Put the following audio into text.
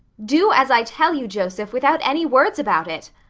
do as i tell you, joseph, without any words about it.